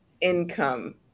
income